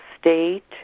state